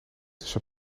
tussen